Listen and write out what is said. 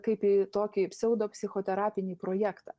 kaip į tokį pseudo psichoterapinį projektą